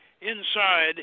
inside